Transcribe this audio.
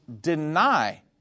deny